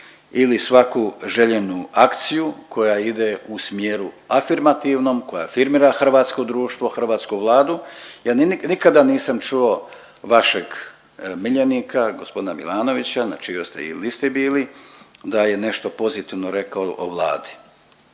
ili svaku željenu akciju koja ide u smjeru afirmativnom, koja afirmira hrvatsko društvo, hrvatsku Vladu jer nikada nisam čuo vašeg miljenika gospodina Milanovića na čijoj ste i listi bili da je nešto pozitivno rekao o Vladi.